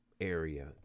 area